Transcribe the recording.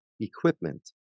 equipment